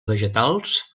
vegetals